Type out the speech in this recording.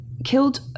killed